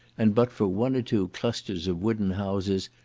and but for one or two clusters of wooden houses,